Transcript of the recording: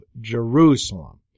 Jerusalem